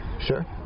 sure